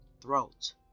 throat